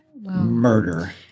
Murder